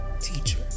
teacher